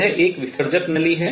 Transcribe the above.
यह एक विसर्जक नली है